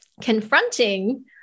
confronting